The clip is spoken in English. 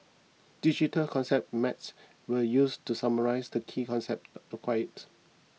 digital concept maps were used to summarise the key concepts acquired